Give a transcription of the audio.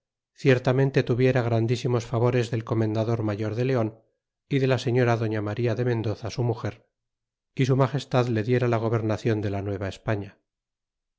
ciertamente tuviera grandísimos favores del comendador mayor de leon y de la señora doña maría de mendoza su muger y su magestad le diera la gobernacion de la